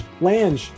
Lange